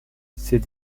ses